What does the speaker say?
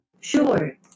Sure